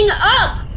up